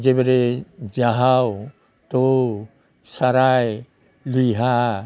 जेबायदि जाहाव थौ साराइ लिहा